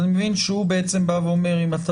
אני מבין שהוא בעצם בא ואומר: אם אתה